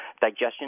digestion